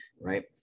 right